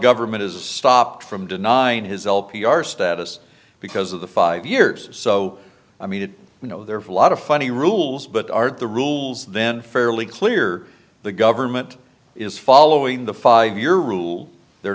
government is stopped from denying his l p r status because of the five years so i mean it you know there's a lot of funny rules but aren't the rules then fairly clear the government is following the five year rule they're